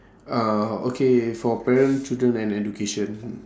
uh okay for parent children and education